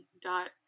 dot